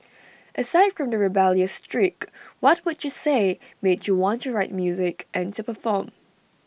aside from the rebellious streak what would you say made you want to write music and to perform